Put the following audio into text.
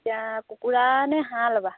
এতিয়া কুকুৰানে হাঁহ ল'বা